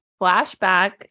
flashback